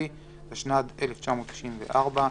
התשכ"ז 1967,